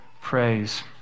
praise